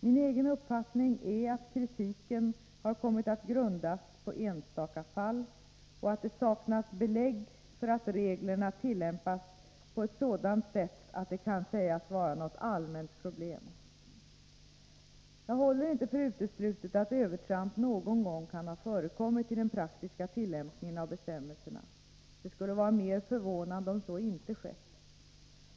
Min egen uppfattning är att kritiken har kommit att grundas på enstaka fall och att det saknas belägg för att reglerna tillämpas på ett sådant sätt att det kan sägas vara något allmänt problem. Jag håller inte för uteslutet att övertramp någon gång kan ha förekommit i den praktiska tillämpningen av bestämmelserna. Det skulle vara mer förvånande om så inte hade skett.